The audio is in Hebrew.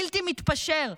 בלתי מתפשר,